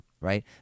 Right